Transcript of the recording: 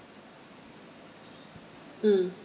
mm